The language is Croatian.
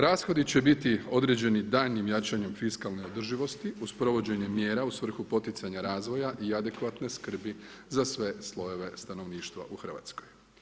Rashodi će biti određeni daljim jačanjem fiskalne održivosti, uz provođenja mjera, u svrhu poticanja razvoja i adekvatne skrbi za sve slojeve stanovništva u Hrvatskoj.